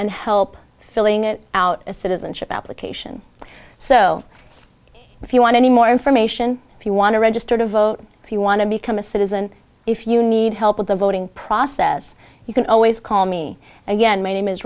and help filling it out the citizenship application so if you want any more information if you want to register to vote if you want to become a citizen if you need help with the voting process you can always call me again my name is